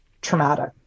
traumatic